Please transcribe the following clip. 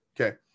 Okay